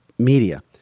Media